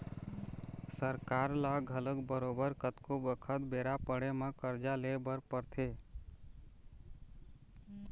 सरकार ल घलोक बरोबर कतको बखत बेरा पड़े म करजा ले बर परथे